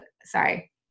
sorry